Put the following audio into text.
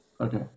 Okay